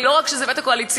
לא רק שזה וטו קואליציוני,